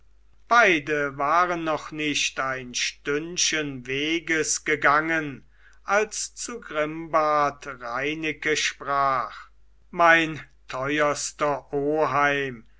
beide waren noch nicht ein stündchen weges gegangen als zu grimbart reineke sprach mein teuerster oheim